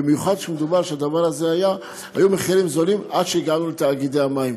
במיוחד שהיו מחירים זולים עד שהגענו לתאגידי המים,